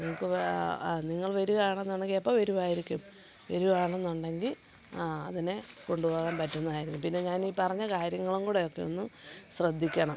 നിങ്ങൾക്ക് നിങ്ങൾ വരുക ആണെന്നുണ്ടെങ്കിൽ എപ്പം വരുമായിരിക്കും വരുവാണെന്നുണ്ടെങ്കിൽ ആ അതിനെ കൊണ്ടുപോകാൻ പറ്റുന്നതായിരുന്നു പിന്നെ ഞാനീ പറഞ്ഞ കാര്യങ്ങളും കൂടെ ഒക്കെ ഒന്ന് ശ്രദ്ധിക്കണം